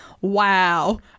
wow